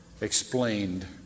explained